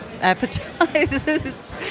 appetizers